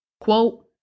quote